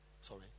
Sorry